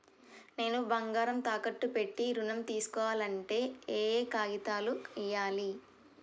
నేను బంగారం తాకట్టు పెట్టి ఋణం తీస్కోవాలంటే ఏయే కాగితాలు ఇయ్యాలి?